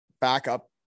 backup